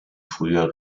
früher